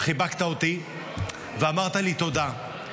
חיבקת אותי ואמרת לי תודה.